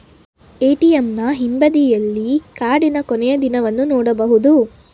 ಎ.ಟಿ.ಎಂನ ಹಿಂಬದಿಯಲ್ಲಿ ಕಾರ್ಡಿನ ಕೊನೆಯ ದಿನವನ್ನು ನೊಡಬಹುದು